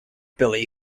billy